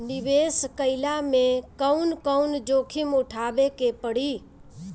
निवेस कईला मे कउन कउन जोखिम उठावे के परि?